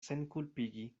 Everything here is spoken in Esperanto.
senkulpigi